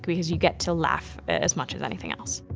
because you get to laugh as much as anything else.